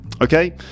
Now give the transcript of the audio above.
okay